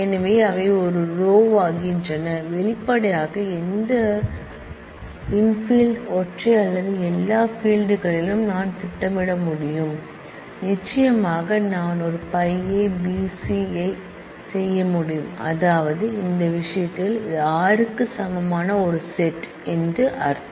எனவே அவை ஒரு ரோயாகின்றன வெளிப்படையாக எந்தவொரு இன்ஃபீல்ட் ஒற்றை அல்லது எல்லா ஃபீல்ட் களிலும் நான் திட்டமிட முடியும் நிச்சயமாக நான் ஒரு ΠA B C ஐ செய்ய முடியும் அதாவது இந்த விஷயத்தில் இது r க்கு சமமான ஒரு செட் என்று அர்த்தம்